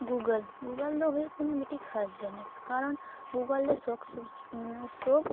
Google Google ᱫᱚ ᱦᱩᱭᱩᱜ ᱠᱟᱱᱟ ᱢᱤᱫᱴᱤᱡ ᱠᱷᱟᱥ ᱡᱤᱱᱤᱥ ᱠᱟᱨᱚᱱ ᱜᱩᱜᱳᱞ ᱨᱮ ᱥᱳᱠ ᱢᱟᱱᱮ ᱥᱳᱵ